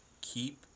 keep